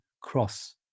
cross